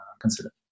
consider